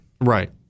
Right